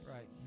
Right